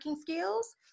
skills